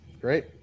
Great